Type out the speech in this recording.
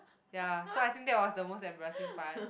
ya so I think that was the most embarrassing part